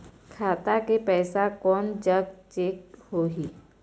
खाता के पैसा कोन जग चेक होही?